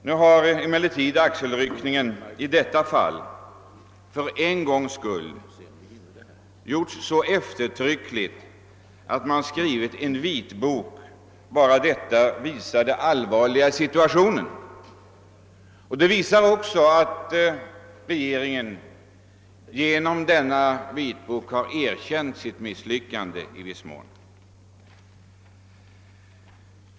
Nu har emellertid axelryckningarna i detta fall för en gångs skull gjorts så eftertryckligt, att man skrivit en vitbok. Redan detta visar det allvarliga i situationen. Det visar också att regeringen genom denna vitbok i viss mån har erkänt sitt misslyckande.